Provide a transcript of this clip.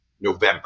November